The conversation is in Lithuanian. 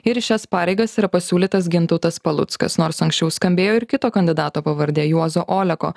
ir į šias pareigas yra pasiūlytas gintautas paluckas nors anksčiau skambėjo ir kito kandidato pavardė juozo oleko